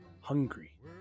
hungry